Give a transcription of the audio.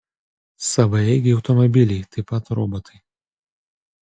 savaeigiai automobiliai taip pat robotai